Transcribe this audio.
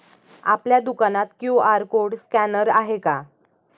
आपल्या दुकानात QR code scanner आहे का?